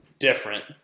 different